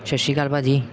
ਸਤਿ ਸ਼੍ਰੀ ਅਕਾਲ ਭਾਅ ਜੀ